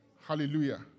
Hallelujah